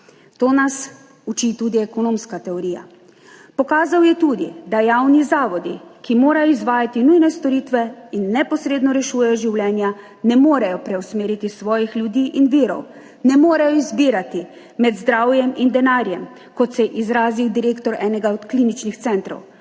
To nas uči tudi ekonomska teorija. Pokazal je tudi, da javni zavodi, ki morajo izvajati nujne storitve in neposredno rešujejo življenja, ne morejo preusmeriti svojih ljudi in virov, ne morejo izbirati med zdravjem in denarjem, kot se je izrazil direktor enega od kliničnih centrov.